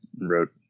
wrote